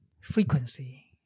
frequency